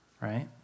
right